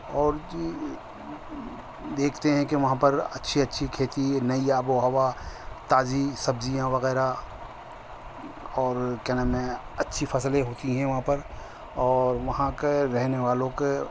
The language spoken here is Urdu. اور جی دیکھتے ہیں کہ وہاں پر اچھی اچھی کھیتی نئی آب و ہوا تازی سبزیاں وغیرہ اور کیا نام ہے اچھی فصلیں ہوتی ہیں وہاں پر اور وہاں کا رہنے والوں کا